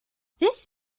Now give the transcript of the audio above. this